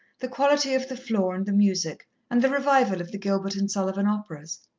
the quality of the floor and the music, and the revival of the gilbert and sullivan operas.